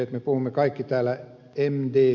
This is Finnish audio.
me puhumme kaikki täällä mdpvstä